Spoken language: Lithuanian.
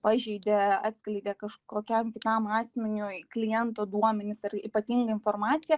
pažeidė atskleidė kažkokiam kitam asmeniui kliento duomenis ir ypatingą informaciją